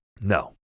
No